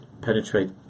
penetrate